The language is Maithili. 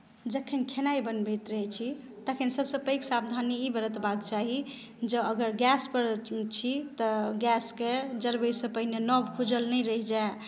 जखन खेनाइ बनबैत रहैत छी तखन सभसँ पैघ सावधानी ई बरतबाक चाही जे अगर गैसपर छी तऽ गैसके जड़बयसँ पहिने नॉब खूजल नहि रहि जाय